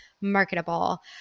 marketable